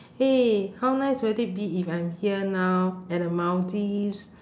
!hey! how nice would it be if I'm here now at the maldives